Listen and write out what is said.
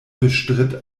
bestritt